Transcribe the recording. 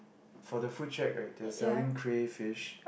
for the food check right that selling crayfish